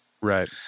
Right